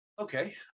okay